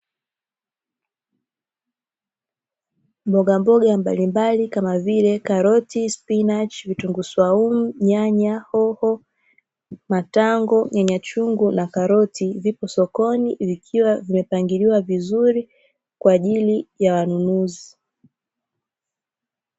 Mbogamboga mbalimbali kama vile karoti, spinachi, vitunguu swaumu, nyanya, hoho, matango, nyanya chungu na karoti vipo sokoni, vikiwa vimepangiliwa vizuri, kwaajili ya wanunuzi.